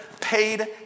paid